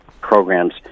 programs